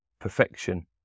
perfection